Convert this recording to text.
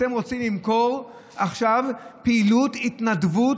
אתם רוצים למכור עכשיו פעילות התנדבות